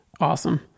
Awesome